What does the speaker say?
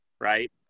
right